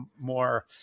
more